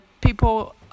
people